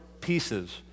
pieces